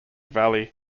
valley